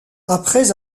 après